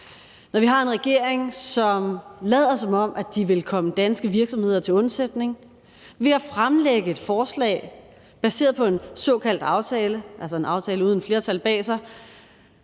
når vi har en regering, der lader, som om de vil komme danske virksomheder til undsætning ved at fremsætte et forslag baseret på en såkaldt aftale – altså en aftale uden et flertal bag